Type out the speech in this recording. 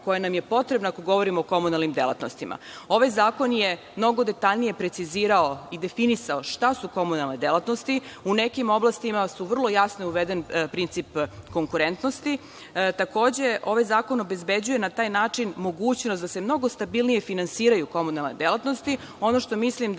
koja nam je potrebna, ako govorimo o komunalnim delatnostima. Ovaj zakon je mnogo detaljnije precizirao i definisao šta su komunalne delatnosti. U nekim oblastima je vrlo jasno uveden princip konkurentnosti, takođe ovaj zakon obezbeđuje, na taj način, mogućnost da se mnogo stabilnije finansiraju komunalne delatnosti. Ono što mislim da